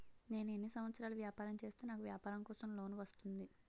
నేను ఎన్ని సంవత్సరాలు వ్యాపారం చేస్తే నాకు వ్యాపారం కోసం లోన్ వస్తుంది?